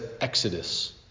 Exodus